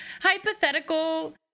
hypothetical